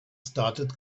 started